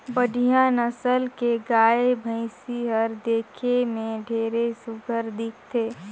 बड़िहा नसल के गाय, भइसी हर देखे में ढेरे सुग्घर दिखथे